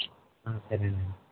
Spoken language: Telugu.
సరేనండి